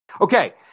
Okay